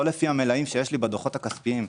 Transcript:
לא לפי המלאים שיש לי בדוחות הכספיים.